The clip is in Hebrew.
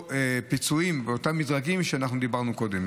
פיצויים ואותם מדרגים שדיברנו עליהם קודם.